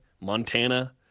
Montana